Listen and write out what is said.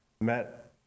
met